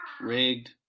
rigged